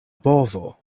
bovo